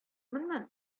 моннан